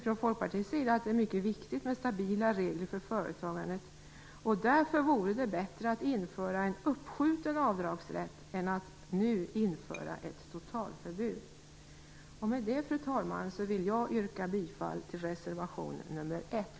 Från Folkpartiets sida anser vi att det är mycket viktigt med stabila regler för företagandet. Därför vore det bättre att införa en uppskjuten avdragsrätt än att nu införa ett totalförbud. Med detta, fru talman, vill jag yrka bifall till reservation nr 1.